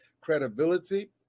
credibility